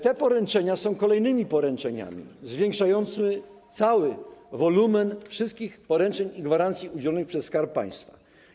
Te poręczenia są kolejnymi poręczeniami zwiększającymi cały wolumen wszystkich poręczeń i gwarancji udzielonych przez Skarb Państwa.